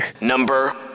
Number